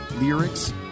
lyrics